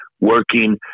working